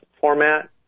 format